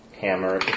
hammer